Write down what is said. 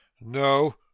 No